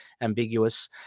ambiguous